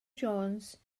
jones